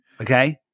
okay